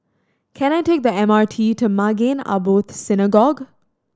can I take the M R T to Maghain Aboth Synagogue